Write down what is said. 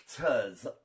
actors